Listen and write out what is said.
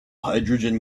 hydrogen